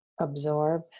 absorb